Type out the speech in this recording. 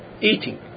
Eating